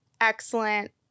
Excellent